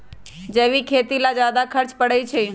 जैविक खेती ला ज्यादा खर्च पड़छई?